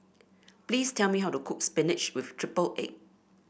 please tell me how to cook spinach with triple egg